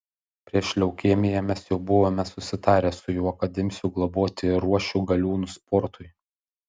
prieš leukemiją mes jau buvome susitarę su juo kad imsiu globoti ir ruošiu galiūnus sportui